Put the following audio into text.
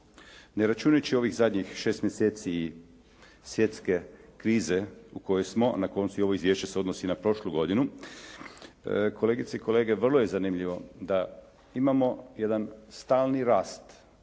Ne računajući ovih zadnjih 6 mjeseci svjetske krize u kojoj smo, na koncu i ovo izvješće se odnosi na prošlu godinu, kolegice i kolege vrlo je zanimljivo da imamo jedan stalni rast